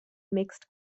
mixed